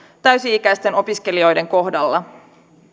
täysi ikäisten opiskelijoiden kohdalla